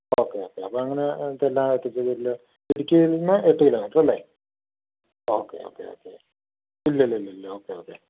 okay okay അപ്പം അങ്ങനെ ഇതെല്ലാം എത്തിച്ച് തരുമല്ലൊ ഇടുക്കിയിൽ നിന്ന് എട്ട് കിലോമീറ്റർ അല്ലേ ഓക്കേ ഓക്കെ ഓക്കേ ഇല്ല ഇല്ല ഇല്ല ഓക്കേ ഓക്കേ